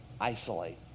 isolate